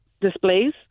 displays